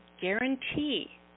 guarantee